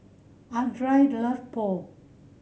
Andria love Pho